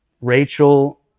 Rachel